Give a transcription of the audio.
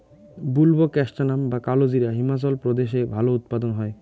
বুলবোকাস্ট্যানাম বা কালোজিরা হিমাচল প্রদেশে ভালো উৎপাদন হয়